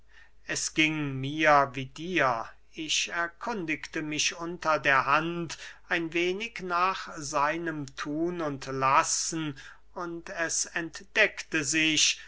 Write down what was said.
es ging mir wie dir ich erkundigte mich unter der hand ein wenig nach seinem thun und lassen und es entdeckte sich